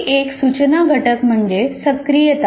आणखी एक सूचना घटक म्हणजे 'सक्रियता'